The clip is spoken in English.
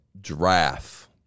giraffe